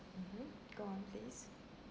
mmhmm go on please